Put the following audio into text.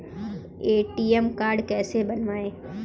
ATM card कैसे बनवाएँ?